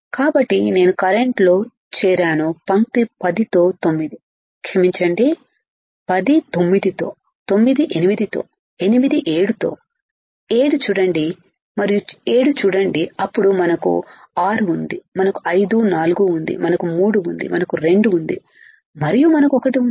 కాబట్టి నేను కరెంట్లో చేరాను పంక్తి 10 తో 9 క్షమించండి 10 9 తో 9 8 తో 8 7 తో 7 చూడండి మరియు 7 చూడండి అప్పుడు మనకు 6 ఉంది మనకు 5 4 ఉందిమనకు 3 ఉంది మనకు 2 ఉంది మరియు మనకు 1 ఉంది